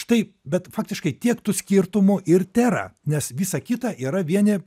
štai bet faktiškai tiek tų skirtumų ir tėra nes visa kita yra vieni